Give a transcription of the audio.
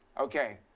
okay